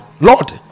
Lord